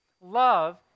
Love